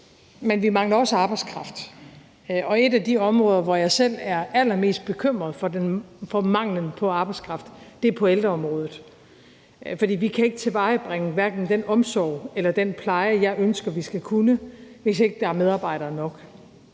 Men vi mangler også arbejdskraft, og et af de områder, hvor jeg selv er allermest bekymret for manglen på arbejdskraft, er på ældreområdet. For vi kan hverken tilvejebringe den omsorg eller den pleje, jeg ønsker vi skal kunne, hvis der ikke er medarbejdere nok.